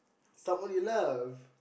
someone you love